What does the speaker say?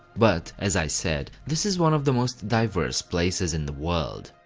but, as i said, this is one of the most diverse places in the world.